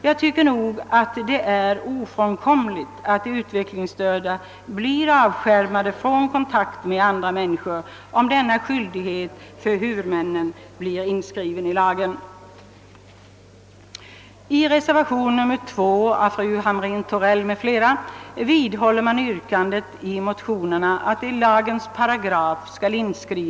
Jag tycker att det är ofrånkomligt att de utvecklingsstörda avskärmas från kontakt med andra människor, om denna skyldighet för huvudmännen blir inskriven i lagen.